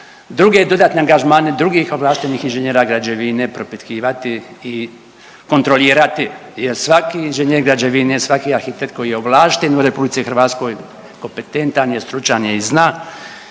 druge dodatne angažmane drugih ovlaštenih inženjera građevine propitkivati i kontrolirati jer svaki inženjer građevine, svaki arhitekt koji je ovlašten u RH, kompetentan je, stručan je i zna